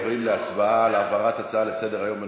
אנחנו עוברים להצבעה על העברת הצעה לסדר-היום בנושא,